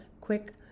quick